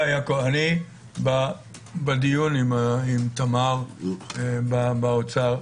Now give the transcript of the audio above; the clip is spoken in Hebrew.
בדיון עם תמר באוצר,